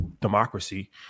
democracy